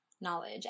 knowledge